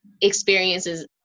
experiences